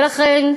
ולכן,